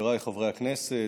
חבריי חברי הכנסת,